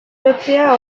jotzea